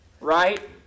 right